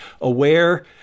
aware